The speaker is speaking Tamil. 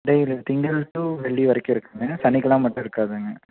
டெய்லியும் திங்கள் டூ வெள்ளி வரைக்கும் இருக்குங்க சனிக்கிழம மட்டும் இருக்காதுங்க